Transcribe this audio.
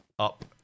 Up